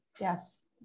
Yes